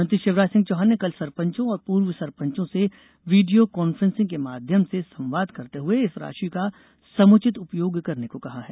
मुख्यमंत्री शिवराज सिंह चौहान ने कल सरपंचों और पूर्व सरपंचों से वीडियों कॉन्फ्रेसिंग के माध्यम से संवाद करते हुए इस राशि का समुचित उपयोग करने को कहा है